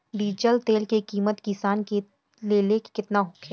Diesel तेल के किमत किसान के लेल केतना होखे?